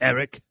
Eric